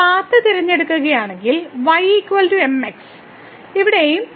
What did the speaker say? നമ്മൾ പാത്ത് തിരഞ്ഞെടുക്കുകയാണെങ്കിൽ y mx ഇവിടെയും y mx